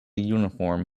uniform